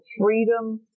freedom